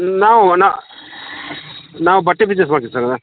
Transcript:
ನಾವು ನಾ ನಾವು ಬಟ್ಟೆ ಬಿಸ್ನೆಸ್ ಮಾಡ್ತೀವಿ ಸರ್ ನಾನು